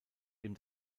ihm